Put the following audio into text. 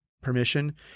permission